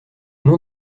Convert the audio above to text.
nom